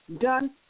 done